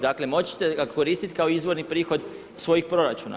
Dakle, moći ćete ga koristiti kao izvorni prihod svojih proračuna.